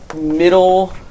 middle